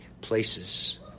places